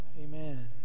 Amen